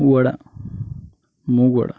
vada मूगवडा